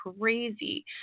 crazy